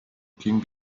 king